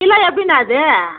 kilo எப்படிண்ணா அது